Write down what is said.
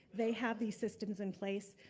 they have these systems in place.